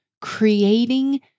creating